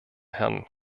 herrn